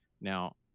Now